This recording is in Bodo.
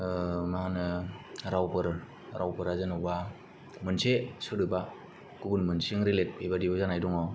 मा होनो रावफोर रावफोरा जेनावबा मोनसे सोदोबा गुबुन मोनसे जों रिलेट बेबायदिबो जानाय दङ